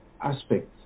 aspects